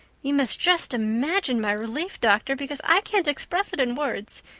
you must just imagine my relief, doctor, because i can't express it in words.